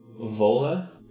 Vola